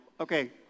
Okay